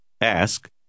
Ask